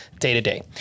day-to-day